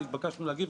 נתבקשנו להגיב.